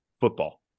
football